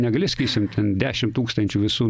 negali sakysim ten dešim tūkstančių visų